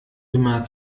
immer